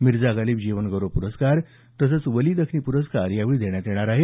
मिर्जा गालीब जीवन गौरव पुरस्कार तसंच वली दखनी पुरस्कार यावेळी देण्यात येणार आहेत